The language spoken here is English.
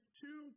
two